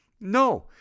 No